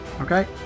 Okay